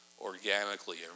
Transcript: organically